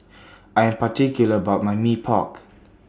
I Am particular about My Mee Pok